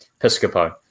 Piscopo